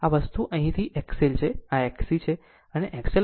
આમ આ વસ્તુ અહીંથી આ મારી XL છે અને અહીં આ એક XC છે